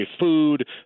food